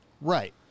Right